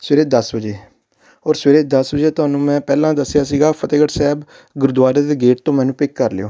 ਸਵੇਰੇ ਦਸ ਵਜੇ ਔਰ ਸਵੇਰੇ ਦਸ ਵਜੇ ਤੁਹਾਨੂੰ ਮੈਂ ਪਹਿਲਾਂ ਦੱਸਿਆ ਸੀਗਾ ਫਤਿਹਗੜ੍ਹ ਸਾਹਿਬ ਗੁਰਦੁਆਰੇ ਦੇ ਗੇਟ ਤੋਂ ਮੈਨੂੰ ਪਿਕ ਕਰ ਲਿਓ